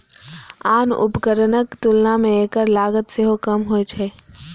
आन उपकरणक तुलना मे एकर लागत सेहो कम होइ छै